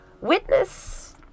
witness